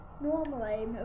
Normally